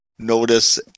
notice